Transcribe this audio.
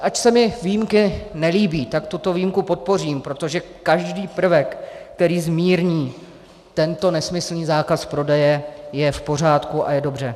Ač se mi výjimky nelíbí, tak tuto výjimku podpořím, protože každý prvek, který zmírní tento nesmyslný zákaz prodeje, je v pořádku a je dobře.